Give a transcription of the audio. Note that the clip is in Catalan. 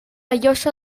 llosa